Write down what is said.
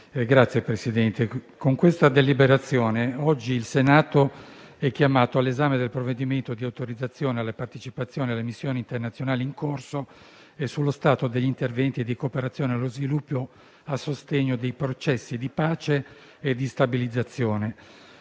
Signor Presidente, con questa deliberazione oggi il Senato è chiamato all'esame del provvedimento di autorizzazione alla partecipazione alle missioni internazionali in corso e sullo stato degli interventi di cooperazione allo sviluppo a sostegno dei processi di pace e di stabilizzazione,